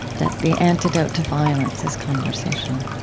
that the antidote to violence is conversation